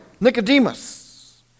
Nicodemus